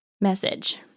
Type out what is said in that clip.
message